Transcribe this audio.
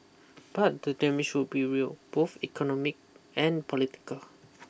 but the damage would be real both economic and political